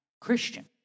Christian